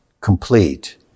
complete